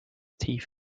teeth